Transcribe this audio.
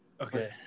Okay